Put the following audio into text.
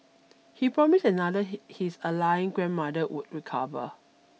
he promised another his aligning grandmother would recover